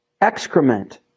excrement